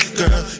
girl